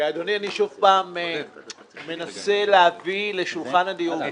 אדוני, שוב פעם מנסה להביא לשולחן הדיונים